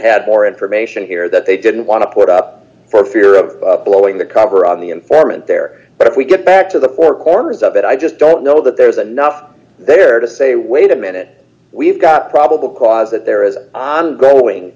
had more information here that they didn't want to put up for fear of blowing the cover on the informant there but if we get back to the four corners of it i just don't know that there's enough there to say wait a minute we've got probable cause that there is an ongoing